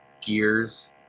gears